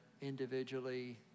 individually